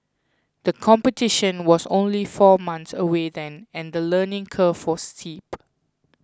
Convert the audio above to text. the competition was only four months away then and the learning curve was steep